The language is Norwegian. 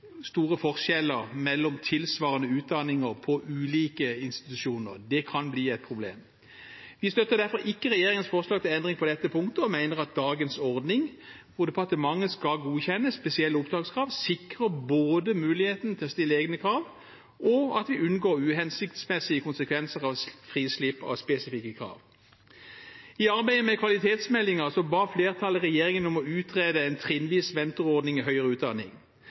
store forskjeller mellom tilsvarende utdanning på ulike institusjoner. Det kan bli et problem. Vi støtter derfor ikke regjeringens forslag til endring på dette punktet og mener at dagens ordning hvor departementet skal godkjenne spesielle opptakskrav, sikrer både muligheten til å stille egne krav og at en unngår uhensiktsmessige konsekvenser av frislipp av spesifikke krav. I arbeidet med kvalitetsmeldingen ba flertallet regjeringen om å utrede en trinnvis mentorordning i høyere utdanning.